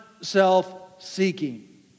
self-seeking